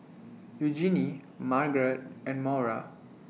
Eugenie Margaret and Maura